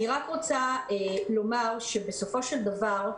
אני רק רוצה לומר שבסופו של דבר,